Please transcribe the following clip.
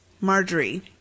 Marjorie